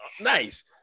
Nice